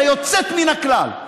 היוצאת מן הכלל.